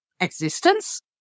existence